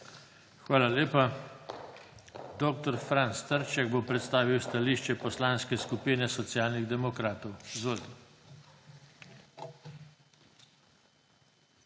Hvala lepa. Dr. Franc Trček bo predstavil stališče Poslanske skupin Socialnih demokrati. Izvolite.